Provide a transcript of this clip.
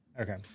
Okay